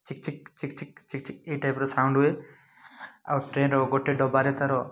ଚିକ୍ ଚିକ୍ ଚିକ୍ ଚିକ୍ ଚିକ୍ ଚିକ୍ ଏଇ ଟାଇପ୍ର ସାଉଣ୍ଡ୍ ହୁଏ ଆଉ ଟ୍ରେନ୍ର ଗୋଟିଏ ଡବାରେ ତା'ର